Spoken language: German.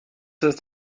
ist